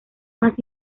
más